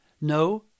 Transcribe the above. No